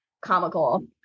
comical